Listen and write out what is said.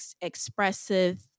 expressive